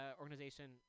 organization –